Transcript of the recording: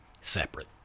separate